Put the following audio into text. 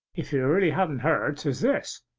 if you really ha'n't heard, tis this.